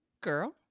Girl